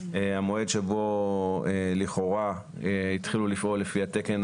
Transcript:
המועד שבו לכאורה התחילו לפעול לפי התקן